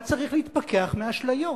אבל צריך להתפכח מאשליות.